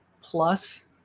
plus